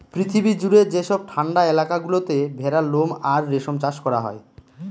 পৃথিবী জুড়ে যেসব ঠান্ডা এলাকা গুলোতে ভেড়ার লোম আর রেশম চাষ করা হয়